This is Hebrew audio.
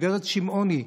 גב' שמעוני,